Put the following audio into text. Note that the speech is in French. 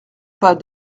pas